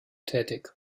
tätig